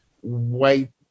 white